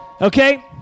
Okay